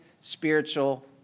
spiritual